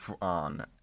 on